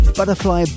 Butterfly